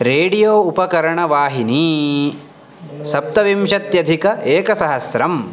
radio उपकरणवाहिनी सप्तविंशत्यधिकैकसहस्रम्